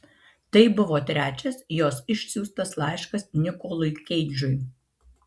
tai buvo trečias jos išsiųstas laiškas nikolui keidžui